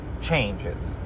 changes